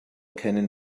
kennen